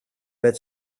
bit